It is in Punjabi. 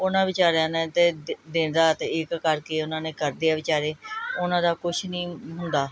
ਉਹਨਾਂ ਵਿਚਾਰਿਆਂ ਨੇ ਤਾਂ ਦ ਦਿਨ ਰਾਤ ਇੱਕ ਕਰਕੇ ਉਹਨਾਂ ਨੇ ਕਰਦੇ ਹੈ ਵਿਚਾਰੇ ਉਹਨਾਂ ਦਾ ਕੁਛ ਨਹੀਂ ਹੁੰਦਾ